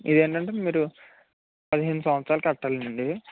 ఇదేంటంటే మీరు పదిహేను సంవత్సరాలు కట్టాలండి